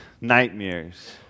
nightmares